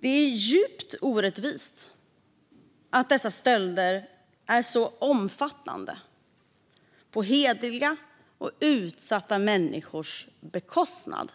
Det är djupt orättvist att dessa stölder är så omfattande på hederliga och utsatta människors bekostnad.